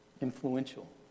influential